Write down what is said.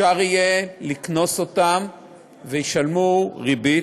יהיה אפשר לקנוס אותן והן ישלמו ריבית.